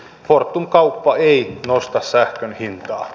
fortum kauppa ei nosta sähkön hintaa